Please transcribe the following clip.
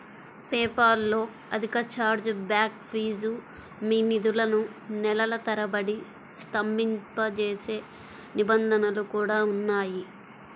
PayPal లో అధిక chargeback fee, మీ నిధులను నెలల తరబడి స్తంభింపజేసే నిబంధనలు కూడా ఉన్నాయి